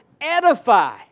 edify